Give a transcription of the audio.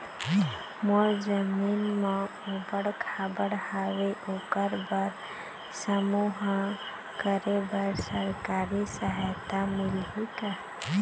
मोर जमीन म ऊबड़ खाबड़ हावे ओकर बर समूह करे बर सरकारी सहायता मिलही का?